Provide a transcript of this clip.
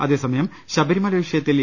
അതേസമയം ശബ്രിമല വിഷയത്തിൽ എ